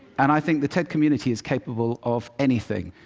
and i think the ted community is capable of anything.